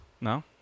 no